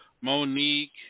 Monique